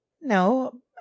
No